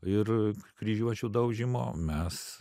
ir kryžiuočių daužymo mes